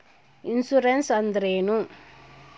Insurance ಅಂದ್ರೇನು?